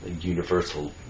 universal